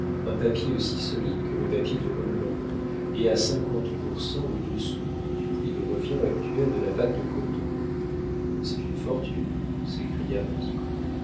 un papier aussi solide que le papier de hollande et à cinquante pour cent au-dessous du prix de revient actuel de la pâte de coton c'est une fortune